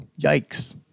Yikes